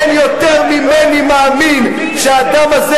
אין יותר ממני מאמין שהאדם הזה,